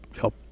help